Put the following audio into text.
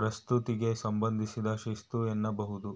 ಪ್ರಸ್ತುತಿಗೆ ಸಂಬಂಧಿಸಿದ ಶಿಸ್ತು ಎನ್ನಬಹುದು